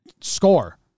score